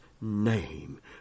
name